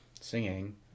singing